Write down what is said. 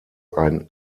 ein